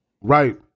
Right